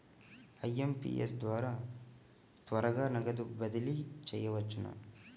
IMPS ద్వారా త్వరగా నగదు బదిలీ చేయవచ్చునా?